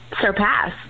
surpass